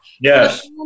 Yes